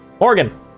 Morgan